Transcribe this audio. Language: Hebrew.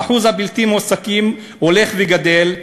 אחוז הבלתי-מועסקים הולך וגדל,